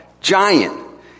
giant